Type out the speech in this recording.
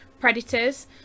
predators